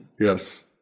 Yes